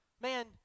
Man